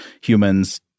humans –